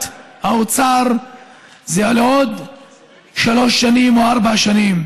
האוצר זה לעוד שלוש שנים או ארבע שנים.